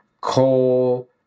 coal